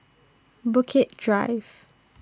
Bukit Drive